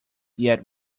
yet